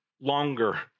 longer